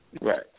Right